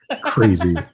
crazy